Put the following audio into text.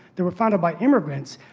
they were founded by immigrants.